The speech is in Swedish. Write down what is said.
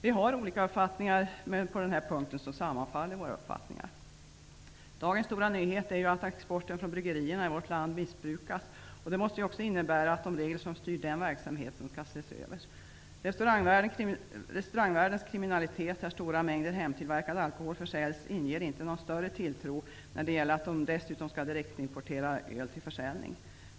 Vi har olika uppfattningar, men på den här punkten sammanfaller de. Dagens stora nyhet är att exporten från bryggerierna i vårt land missbrukas. Det måste väl också innebära att de regler som styr den verksamheten måste ses över. Restaurangvärldens kriminalitet, där stora mängder hemtillverkad alkohol försäljs, inger inte någon större tilltro i sammanhanget när man dessutom skall direktimportera öl till försäljning.